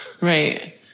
right